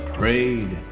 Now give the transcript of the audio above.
prayed